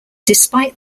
despite